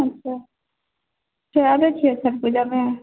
अच्छा फेर आबै छिऐ छठ पूजामे